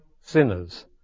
sinners